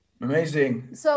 Amazing